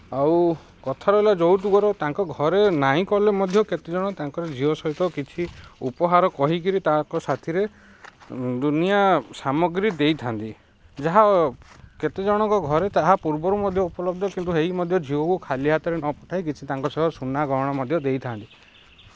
ଆଉ କଥା ରହିଲା ଯୌତୁକ ତାଙ୍କ ଘରେ ନାଇଁ କଲେ ମଧ୍ୟ କେତେ ଜଣ ତାଙ୍କର ଝିଅ ସହିତ କିଛି ଉପହାର କହିକିରି ତାଙ୍କ ସାଥିରେ ଦୁନିଆ ସାମଗ୍ରୀ ଦେଇଥାନ୍ତି ଯାହା କେତେ ଜଣଙ୍କ ଘରେ ତାହା ପୂର୍ବରୁ ମଧ୍ୟ ଉପଲବ୍ଧ କିନ୍ତୁ ହେଇ ମଧ୍ୟ ଝିଅକୁ ଖାଲି ହାତରେ ନ ପଠାଇ କିଛି ତାଙ୍କ ସହ ସୁନା ଗହଣ ମଧ୍ୟ ଦେଇଥାନ୍ତି